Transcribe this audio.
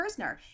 Kersner